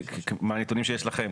מהנתונים שיש לכם,